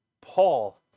Paul